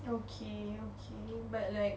okay okay but like